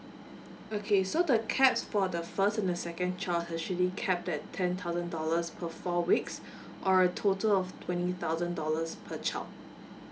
okay so the cap for the first and the second child actually cap that ten thousand dollars for four weeks or a total of twenty thousand dollars per child